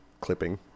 clipping